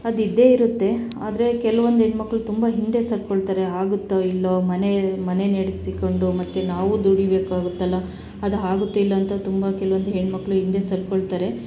ಅದು ಇದ್ದೇ ಇರುತ್ತೆ ಆದರೆ ಕೆಲ್ವೊಂದು ಹೆಣ್ಮಕ್ಳು ತುಂಬ ಹಿಂದೆ ಸರ್ದ್ಕೊಳ್ತಾರೆ ಆಗುತ್ತೋ ಇಲ್ವೋ ಮನೆ ಮನೆ ನೆಡೆಸಿಕೊಂಡು ಮತ್ತು ನಾವೂ ದುಡೀಬೇಕಾಗುತ್ತಲ್ಲ ಅದು ಆಗುತ್ತ್ ಇಲ್ಲ ಅಂತ ತುಂಬ ಕೆಲ್ವೊಂದು ಹೆಣ್ಣುಮಕ್ಳು ಹಿಂದೆ ಸರ್ದ್ಕೊಳ್ತಾರೆ